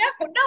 no